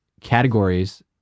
categories